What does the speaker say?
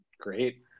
great